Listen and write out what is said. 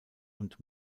und